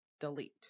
delete